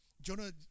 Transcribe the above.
Jonah